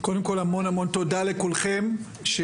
המון המון תודה לכולכם.